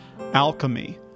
alchemy